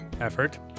effort